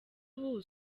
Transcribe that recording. ubu